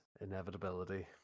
inevitability